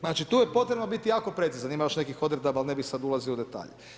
Znači tu je potrebno biti jako precizan, ima još nekih odredaba, ali ne bih sad ulazio u detalje.